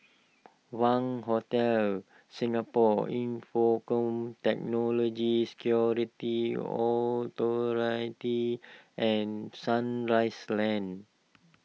Wangz Hotel Singapore Infocomm Technology Security Authority and Sunrise Lane